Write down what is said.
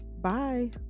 bye